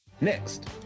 Next